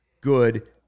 good